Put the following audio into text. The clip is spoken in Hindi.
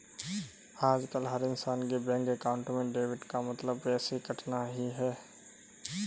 आजकल हर इन्सान के बैंक अकाउंट में डेबिट का मतलब पैसे कटना ही है